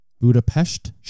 Budapest